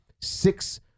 six